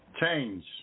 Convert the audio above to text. Change